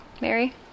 Mary